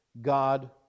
God